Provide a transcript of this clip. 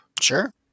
Sure